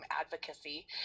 advocacy